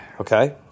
Okay